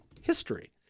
history